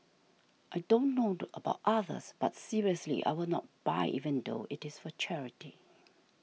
I don't know about others but seriously I will not buy even though it is for charity